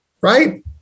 right